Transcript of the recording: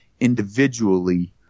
individually